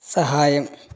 సహాయం